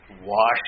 wash